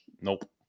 nope